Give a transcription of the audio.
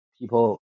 people